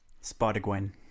Spider-Gwen